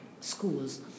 schools